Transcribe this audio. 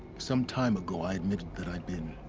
some time ago, i admitted that i'd been.